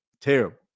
Terrible